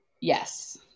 yes